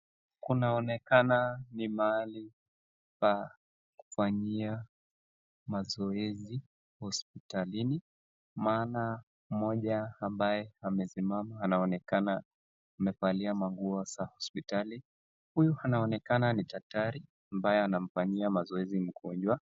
Kunaonekana ni mahali pa kufanyia mazoezi hospitalini. Mama mmoja ambaye amesimama anaonekana amevalia sare za hospitali. Huyu anaonekana ni daktari ambaye anamfanyisha mazoezi mgonjwa